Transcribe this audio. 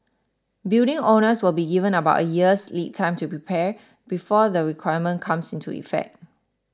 building owners will be given about a year's lead time to prepare before the requirement comes into effect